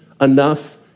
enough